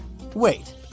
Wait